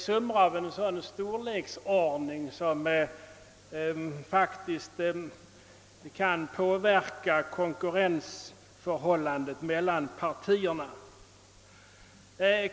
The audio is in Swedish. Summor av en sådan storleksordning kan faktiskt påverka konkurrensförhållandet mellan partierna.